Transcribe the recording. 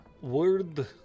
word